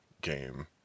game